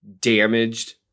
damaged